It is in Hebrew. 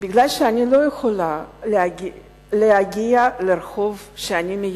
מכיוון שאני לא יכולה להגיע לרחוב שאני מייצגת,